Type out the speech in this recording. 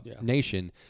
Nation